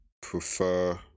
prefer